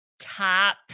top